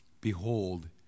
behold